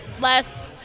less